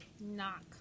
Knock